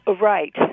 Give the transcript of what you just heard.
right